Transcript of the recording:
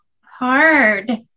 hard